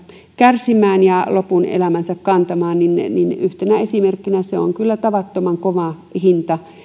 kärsimään ja lopun elämänsä kantamaan niin yhtenä esimerkkinä se on kyllä tavattoman kova hinta